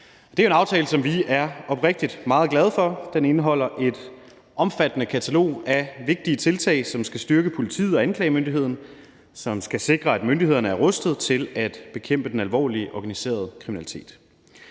det er jo en aftale, som vi oprigtigt er meget glade for. Den indeholder et omfattende katalog af vigtige tiltag, som skal styrke politiet og anklagemyndigheden, og som skal sikre, at myndighederne er rustet til at bekæmpe den alvorlige organiserede kriminalitet.